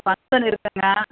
function இருக்குங்க